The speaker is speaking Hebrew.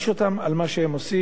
כי לא יכול להיות שבסוף,